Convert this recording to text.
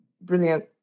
brilliant